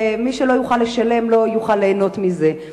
ומי שלא יוכל לשלם לא יוכל ליהנות מזה.